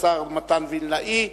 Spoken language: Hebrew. השר מתן וילנאי,